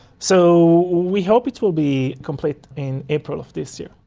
so we hope it will be complete in april of this year.